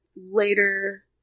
later